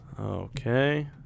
Okay